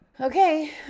Okay